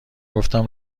گفتم